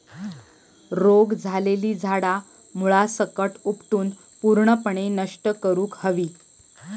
रोग झालेली झाडा मुळासकट उपटून पूर्णपणे नष्ट करुक हवी